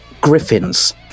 Griffins